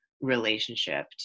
relationship